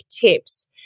tips